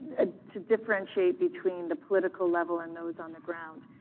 ah to differentiate between the political level and those on the ground,